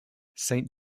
saint